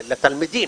לתלמידים.